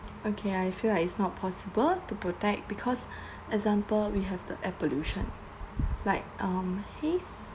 okay I feel like it's not possible to protect because example we have the air pollution like um haze